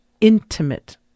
intimate